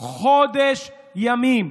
חודש ימים.